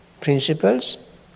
principles